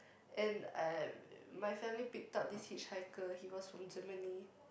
and my family picked up this hitchhiker he was from Germany